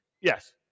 Yes